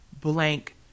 blank